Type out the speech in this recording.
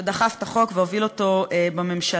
שדחף את החוק והוביל אותו בממשלה,